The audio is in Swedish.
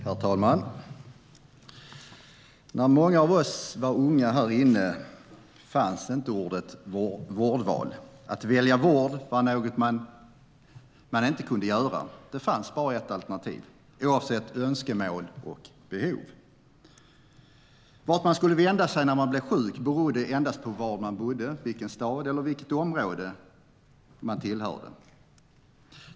Herr talman! När många av oss här inne var unga fanns inte ordet vårdval. Att välja vård var något man inte kunde göra. Det fanns bara ett alternativ, oavsett önskemål och behov. Vart man skulle vända sig när man blev sjuk berodde endast på var man bodde, vilken stad eller vilket område man tillhörde.